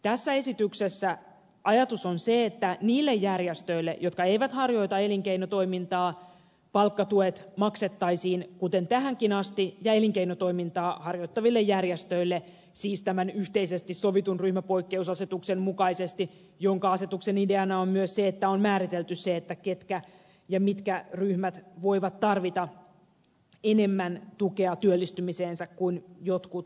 tässä esityksessä ajatus on se että niille järjestöille jotka eivät harjoita elinkeinotoimintaa palkkatuet maksettaisiin kuten tähänkin asti ja elinkeinotoimintaa harjoittaville järjestöille siis tämän yhteisesti sovitun ryhmäpoikkeusasetuksen mukaisesti jonka asetuksen ideana on myös se että on määritelty se ketkä ja mitkä ryhmät voivat tarvita enemmän tukea työllistymiseensä kuin jotkut muut